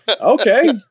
Okay